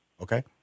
okay